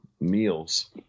meals